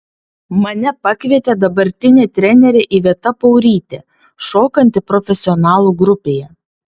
mane pakvietė dabartinė trenerė iveta paurytė šokanti profesionalų grupėje